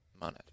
Monet